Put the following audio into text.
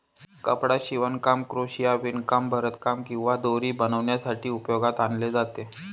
कपडा शिवणकाम, क्रोशिया, विणकाम, भरतकाम किंवा दोरी बनवण्यासाठी उपयोगात आणले जाते